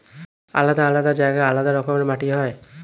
আলাদা আলাদা জায়গায় আলাদা রকমের মাটি হয়